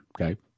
okay